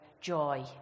joy